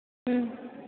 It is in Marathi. हं